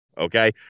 Okay